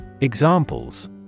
Examples